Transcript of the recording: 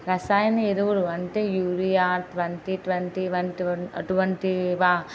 రసాయని ఎరువులు అంటే urea twenty twenty one twenty వ